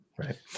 Right